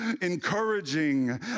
encouraging